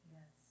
Yes